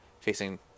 facing